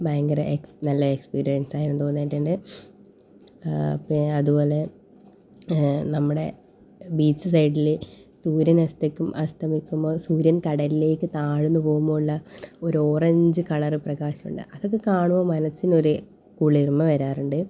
ഭയങ്കര എ നല്ല എക്സ്പീരിയൻസ് ആയിരുന്നു എന്ന് തോന്നിയിട്ടുണ്ട് പി അതുപോലെ നമ്മുടെ ബീച്ച് സൈഡിൽ സൂര്യൻ അസ്തക് അസ്തമിക്കുമ്പോൾ സൂര്യൻ കടലിലേക്ക് താഴ്ന്ന് പോവുമ്പോൾ ഉള്ള ഒരു ഓറഞ്ച് കളർ പ്രകാശം ഉണ്ട് അതൊക്കെ കാണുമ്പോൾ മനസ്സിനൊരു കുളിർമ വരാറുണ്ട്